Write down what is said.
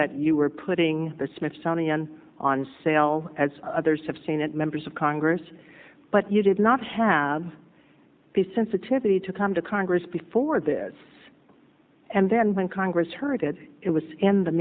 that you were putting the smithsonian on sale as others have seen it members of congress but you did not have the sensitivity to come to congress before this and then when congress heard that it was in the